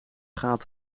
gaat